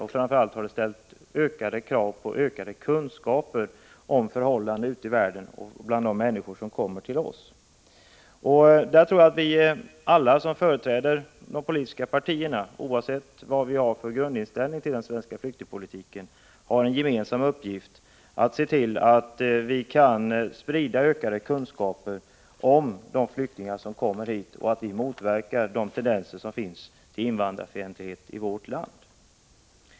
Och framför allt har det ställt krav på ökade kunskaper om förhållanden ute i världen och bland de människor som kommer till oss. I det fallet tror jag att vi alla som företräder de politiska partierna — oavsett vilken grundinställning vi har till den svenska flyktingpolitiken — har en gemensam uppgift, nämligen att se till att vi kan sprida ökade kunskaper om de flyktingar som kommer hit och att motverka de tendenser till invandrarfientlighet som finns i vårt land.